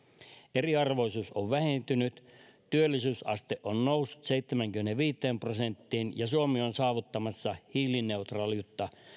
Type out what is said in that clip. eriarvoisuus on vähentynyt työllisyysaste on noussut seitsemäänkymmeneenviiteen prosenttiin ja suomi on saavuttamassa hiilineutraaliutta